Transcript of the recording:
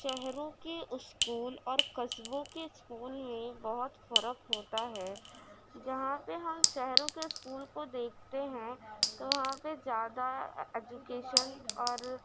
شہروں کے اسکول اور قصبوں کے اسکول میں بہت فرق ہوتا ہے جہاں پہ ہم شہروں کے اسکول کو دیکھتے ہیں تو وہاں پہ زیادہ ایجوکیشن اور